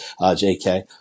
JK